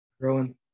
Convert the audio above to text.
growing